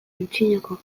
antzinako